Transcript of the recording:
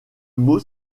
mot